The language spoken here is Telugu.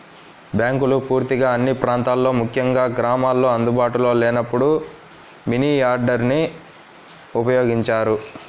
బ్యాంకులు పూర్తిగా అన్ని ప్రాంతాల్లో ముఖ్యంగా గ్రామాల్లో అందుబాటులో లేనప్పుడు మనియార్డర్ని ఉపయోగించారు